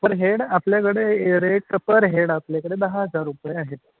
पर head आपल्याकडे rate per head आपल्याकडे दहा हजार रुपये आहेत